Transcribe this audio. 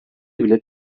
bile